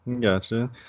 Gotcha